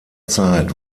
zeit